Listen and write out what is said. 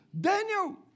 Daniel